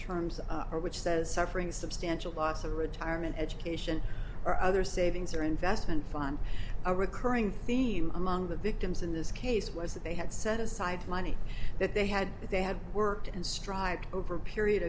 terms or which says suffering substantial loss of retirement education or other savings or investment fund a recurring theme among the victims in this case was that they had set aside money that they had if they had worked and strived over a period